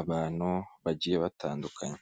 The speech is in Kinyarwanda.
abantu bagiye batandukanye.